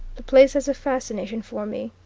the place has a fascination for me,